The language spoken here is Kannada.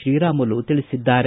ಶ್ರೀರಾಮುಲು ತಿಳಿಸಿದ್ದಾರೆ